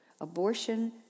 Abortion